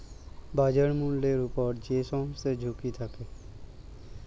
বাজার মূল্যের উপর যে সমস্ত ঝুঁকি থাকে